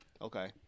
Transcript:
okay